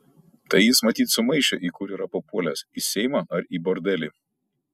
tai jis matyt sumaišė į kur yra papuolęs į seimą ar į bordelį